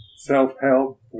Self-help